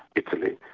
italy,